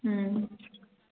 ꯎꯝ